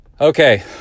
okay